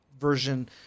version